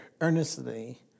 earnestly